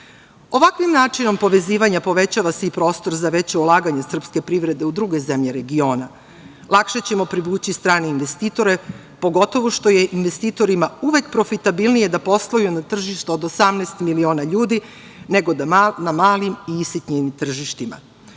načinom povezivanja povećava se i prostor za veće ulaganje srpske privrede u druge zemlje regiona. Lakše ćemo privući strane investitore, pogotovo što je investitorima uvek profitabilnije da posluju na tržištu od 18 miliona ljudi, nego na malim i sitnijim tržištima. Takođe,